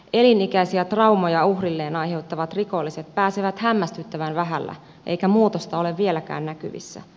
elinikäisiä traumoja uhrilleen aiheuttavat rikolliset pääsevät hämmästyttävän vähällä eikä muutosta ole vieläkään näkyvissä